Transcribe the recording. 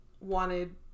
wanted